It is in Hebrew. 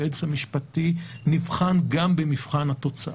היועץ המשפטי נבחן גם במבחן התוצאה.